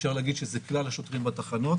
אפשר להגיד שאלו כלל השוטרים בתחנות,